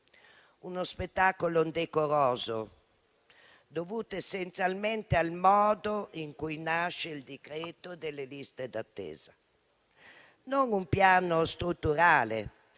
Uno spettacolo indecoroso dovuto essenzialmente al modo in cui nasce il decreto-legge sulle liste d'attesa. Non vi è un piano strutturale